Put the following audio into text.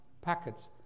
packets